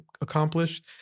accomplished